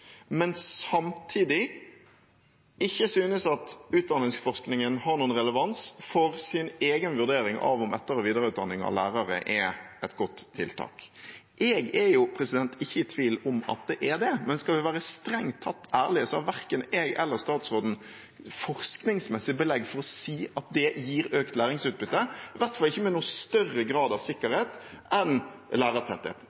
men samtidig ikke synes at utdanningsforskningen har noen relevans for deres egen vurdering av om etter- og videreutdanning av lærere er et godt tiltak. Jeg er ikke i tvil om at det er det, men skal vi være strengt ærlige, har verken jeg eller statsråden forskningsmessig belegg for å si at det gir økt læringsutbytte, i hvert fall ikke med noen større grad av